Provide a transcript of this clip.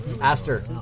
Aster